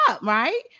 right